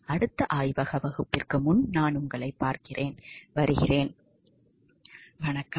அடுத்த ஆய்வக வகுப்புக்கு முன் நான் உங்களைப் பார்க்கிறேன் பை